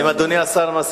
אם אדוני השר מסכים.